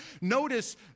Notice